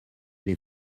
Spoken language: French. les